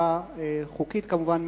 חופשה חוקית כמובן,